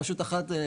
רשות אחת,